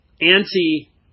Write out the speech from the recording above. anti